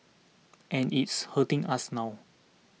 and it's hurting us now